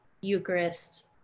Eucharist